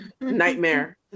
nightmare